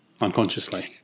unconsciously